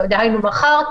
דהיינו מחר,